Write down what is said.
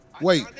Wait